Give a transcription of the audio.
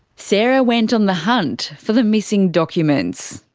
sarah went on the hunt for the missing documents,